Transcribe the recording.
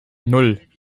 nan